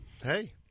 Hey